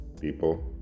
People